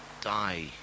die